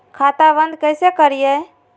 खाता बंद कैसे करिए?